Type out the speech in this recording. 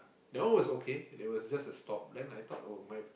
that one was okay there was just a stop then I think thought oh my